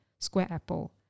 squareapple